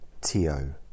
T-O